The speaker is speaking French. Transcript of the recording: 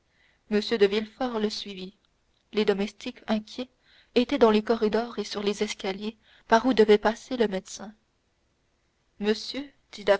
m de villefort le suivit les domestiques inquiets étaient dans les corridors et sur les escaliers par où devait passer le médecin monsieur